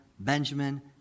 Benjamin